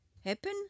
happen